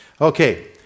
Okay